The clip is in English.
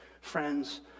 friends